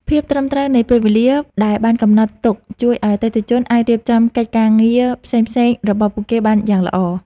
ភាពត្រឹមត្រូវនៃពេលវេលាដែលបានកំណត់ទុកជួយឱ្យអតិថិជនអាចរៀបចំកិច្ចការងារផ្សេងៗរបស់ពួកគេបានយ៉ាងល្អ។